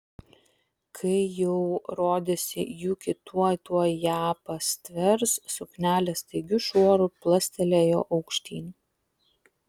kai jau rodėsi juki tuoj tuoj ją pastvers suknelė staigiu šuoru plastelėjo aukštyn